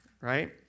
right